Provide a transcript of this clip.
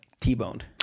t-boned